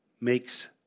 makes